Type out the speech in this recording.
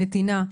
נתינה,